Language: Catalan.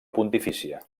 pontifícia